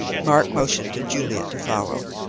mark motioned to juliet to follow.